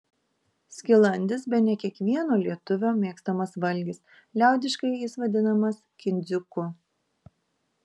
skilandis bene kiekvieno lietuvio mėgstamas valgis liaudiškai jis vadinamas kindziuku